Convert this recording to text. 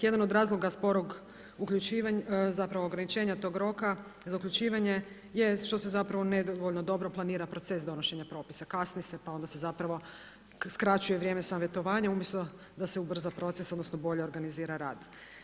Jedan od razloga sporog uključivanja, zapravo ograničenja tog roka za uključivanje je što se zapravo nedovoljno dobro planira proces donošenja propisa, kasni se pa onda se zapravo skraćuje vrijeme savjetovanja umjesto da se ubrza proces odnosno bolje organizira rad.